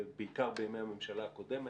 בעיקר בימי הממשלה הקודמת,